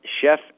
Chef